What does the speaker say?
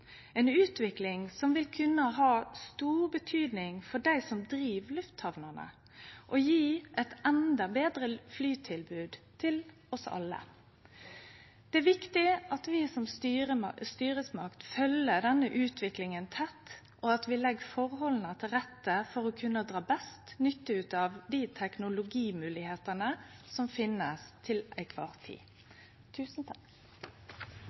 ein viktig del av denne utviklinga, ei utvikling som vil kunne ha stor betydning for dei som driv lufthamnene, og gje eit endå betre flytilbod til oss alle. Det er viktig at vi som styresmakt følgjer denne utviklinga tett, og at vi legg forholda til rette for å kunne dra best mogleg nytte av teknologimoglegheitene som finst til kvar tid.